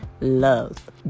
Love